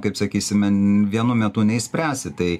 kaip sakysime vienu metu neišspręsi tai